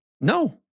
No